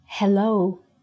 Hello